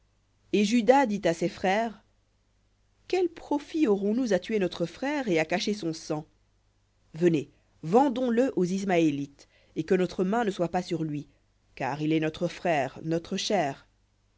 et juda dit à ses frères quel profit aurons-nous à tuer notre frère et à cacher son sang venez vendons le aux ismaélites et que notre main ne soit pas sur lui car il est notre frère notre chair